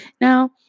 Now